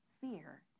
fear